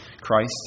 Christ